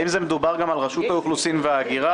האם מדובר גם על רשות האוכלוסין וההגירה